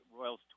Royals